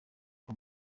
kwa